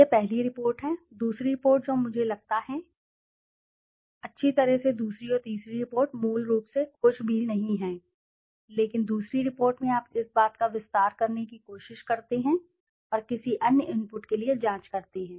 यह पहली रिपोर्ट है दूसरी रिपोर्ट जो मुझे लगता है कि है अच्छी तरह से दूसरी और तीसरी रिपोर्ट मूल रूप से कुछ भी नहीं है लेकिन दूसरी रिपोर्ट में आप इस बात का विस्तार करने की कोशिश करते हैं और किसी अन्य इनपुट के लिए जाँच करते हैं